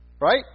Right